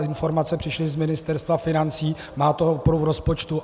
Informace přišly z Ministerstva financí, má to oporu v rozpočtu.